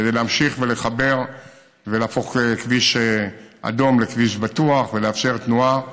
כדי להמשיך ולחבר ולהפוך כביש אדום לכביש בטוח ולאפשר תנועה,